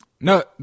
No